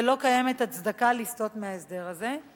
ולא קיימת הצדקה לסטות מהסדר זה.